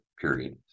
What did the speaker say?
period